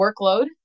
workload